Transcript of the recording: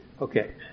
Okay